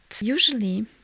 usually